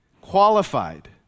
qualified